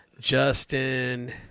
Justin